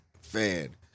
fan